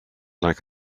like